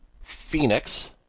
Phoenix